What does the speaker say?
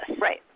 Right